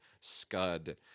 Scud